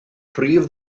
prif